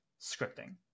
scripting